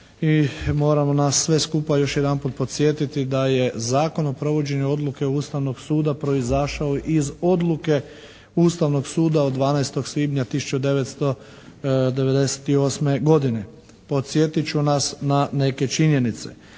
i moram nas sve skupa još jedanput podsjetiti da je Zakon o provođenju odluke Ustavnog suda proizašao iz Odluke Ustavnog suda od 12. svibnja 1998. godine. Podsjetit ću nas na neke činjenice.